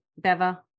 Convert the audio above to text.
Beva